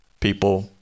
people